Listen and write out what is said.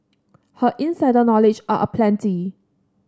her insider knowledge are aplenty